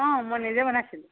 অঁ মই নিজে বনাইছিলোঁ